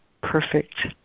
perfect